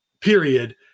period